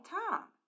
time